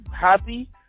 happy